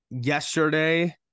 Yesterday